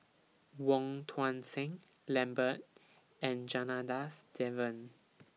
Wong Tuang Seng Lambert and Janadas Devan